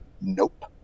Nope